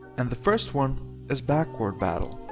and the first one is backcourt battle.